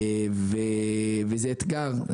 וזה אתגר.